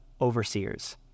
overseers